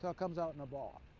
ah comes out in a ball.